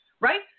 right